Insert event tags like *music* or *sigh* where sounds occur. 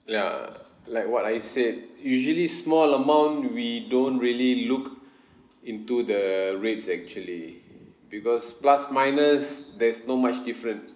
ya like what I said usually small amount we don't really look *breath* into the rates actually because plus minus there's not much different